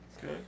Good